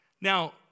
Now